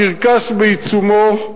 הקרקס בעיצומו.